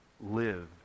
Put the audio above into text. live